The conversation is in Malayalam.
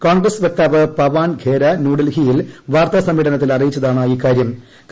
കോൺഗ്രസ് വക്താവ് പവാൻ ഖേര ന്യൂഡൽഹിയിൽ വാർത്താസമ്മേളനത്തിൽ അറിയിച്ചതാണിക്കാര്യം